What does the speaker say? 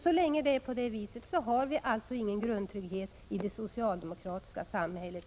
Så länge det är på det viset har vi alltså inte grundtrygghet för alla i det socialdemokratiska samhället.